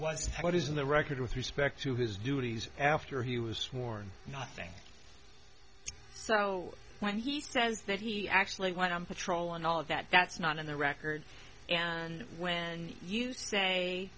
was what is on the record with respect to his duties after he was sworn nothing so when he says that he actually went on patrol and all that that's not in the record and when you say